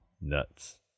nuts